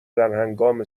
درهنگام